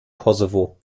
kosovo